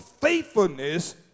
faithfulness